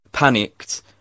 panicked